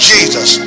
Jesus